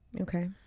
Okay